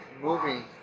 moving